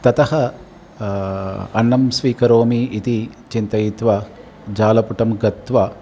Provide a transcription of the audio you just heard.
ततः अन्नं स्वीकरोमि इति चिन्तयित्वा जालपुटं गत्वा